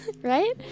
Right